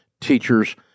teachers